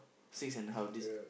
six and half days